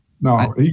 No